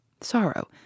sorrow